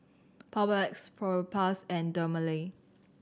Papulex Propass and Dermale